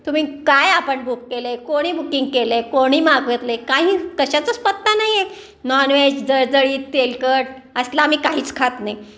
तुम्ही काय आपण बुक केलं आहे कोणी बुकिंग केलं आहे कोणी मागितलं आहे काही कशाचाच पत्ता नाही आहे नॉनव्हेज जळजळीत तेलकट असलं आम्ही काहीच खात नाही